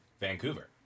Vancouver